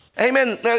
Amen